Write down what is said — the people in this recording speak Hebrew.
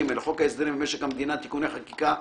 לחוק הסדרים במשק המדינה (תיקוני חקיקה),